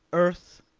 earth,